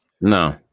No